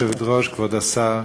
כבוד היושבת-ראש, כבוד השר,